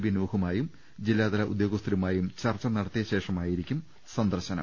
B നൂഹുമായും ജില്ലാ തല ഉദ്യോഗസ്ഥരുമായും ചർച്ച നടത്തിയ ശേഷമായിരിക്കും സന്ദർശനം